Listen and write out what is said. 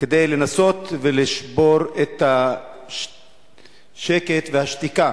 כדי לנסות לשבור את השקט והשתיקה